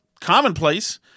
commonplace